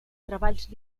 treballs